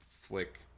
flick